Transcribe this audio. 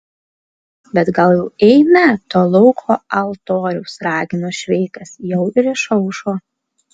bet gal jau eime to lauko altoriaus ragino šveikas jau ir išaušo